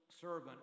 servant